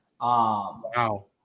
Wow